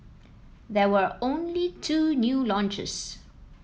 there were only two new launches